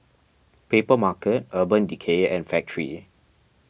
Papermarket Urban Decay and Factorie